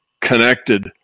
connected